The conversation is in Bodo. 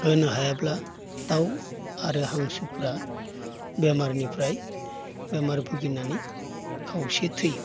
होनो हायाब्ला दाउ आरो हांसोफ्रा बेमारनिफ्राय बेमार भुगिनानै खावसे थैयो